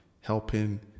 helping